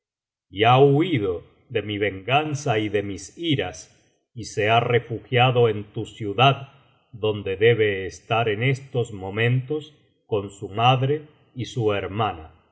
ha huido de mi venganza y de mis iras y se ha refugiado en tu ciudad donde debe estar en estos momentos con su madre y su hermana